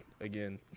again